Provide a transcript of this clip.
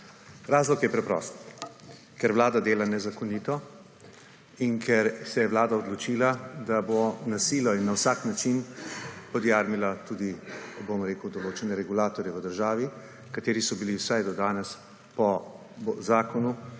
Razlog je preprost: ker Vlada dela nezakonito in ker se je Vlada odločila, da bo na silo in na vsak način podjarmila tudi določene regulatorje v državi, ki so bili vsaj do danes po zakonu